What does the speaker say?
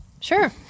Sure